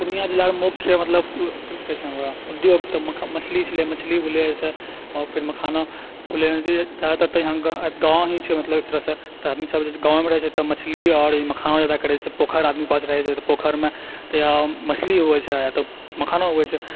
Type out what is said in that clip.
पूर्णिया जिला मुख्य मतलब कोन चीज कहै छै ओकरा उद्योग तऽ मछली छलै मछली होलै आइसँ फेर मखाना भेलैहँ जे जादातर तऽ गाँव ही छै मतलब एक तरहसँ तऽ आदमी सब गाँवमे रहै छै तऽ मछली आओर ई मखाना जादा करै छै पोखर आदमीके पास रहै छै तऽ पोखरिमे तऽ या मछली हुवै छै या मखाना हुवै छै